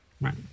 Right